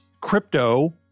crypto